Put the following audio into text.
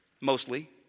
mostly